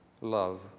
love